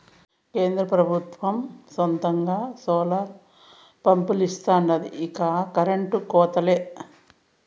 కేంద్ర పెబుత్వం సొంతంగా సోలార్ పంపిలిస్తాండాది ఇక కరెంటు కోతలే